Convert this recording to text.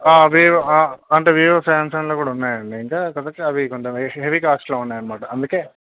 Vivo అంటే Vivo శాంసంగ్లో కూడా ఉన్నాయి అండి ఇంకా కాకపోతే అవి కొంచెం హెవీ కాస్ట్లో ఉన్నాయి అన్నమాట అందుకే